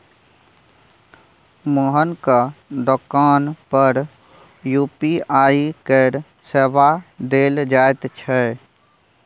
मोहनक दोकान पर यू.पी.आई केर सेवा देल जाइत छै